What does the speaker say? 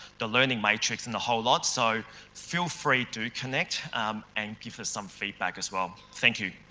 the learning matrix and the whole lot so feel free to connect and give us some feedback as well. thank you.